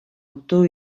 auto